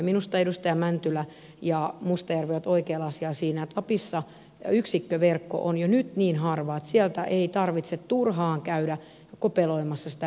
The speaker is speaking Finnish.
minusta edustajat mäntylä ja mustajärvi ovat oikealla asialla siinä että lapissa yksikköverkko on jo nyt niin harva että sieltä ei tarvitse turhaan käydä kopeloimassa sitä verkkoa